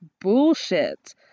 bullshit